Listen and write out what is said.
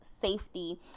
safety